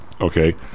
Okay